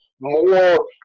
more